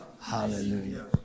hallelujah